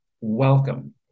Welcome